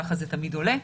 וכך זה תמיד עולה,